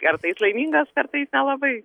kartais laimingas kartais nelabai